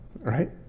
right